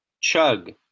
Chug